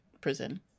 prison